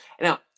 Now